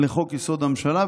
לחוק-יסוד: הממשלה,